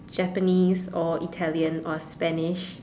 Japanese or Italian or Spanish